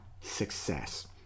success